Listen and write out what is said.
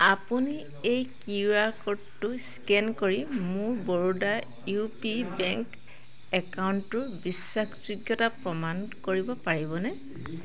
আপুনি এই Q R ক'ডটো স্কেন কৰি মোৰ বৰোডা ইউ পি বেংক একাউণ্টটোৰ বিশ্বাসযোগ্যতা প্ৰমাণ কৰিব পাৰিবনে